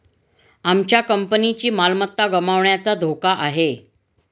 आमच्या कंपनीची मालमत्ता गमावण्याचा धोका आहे